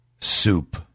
soup